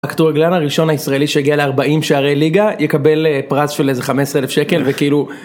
הכדורגלן הראשון הישראלי שיגיע לה 40 שערי ליגה יקבל פרס של איזה 15,000 שקל וכאילו.